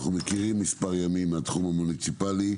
אנחנו מכירים מספר ימים מהתחום המוניציפלי.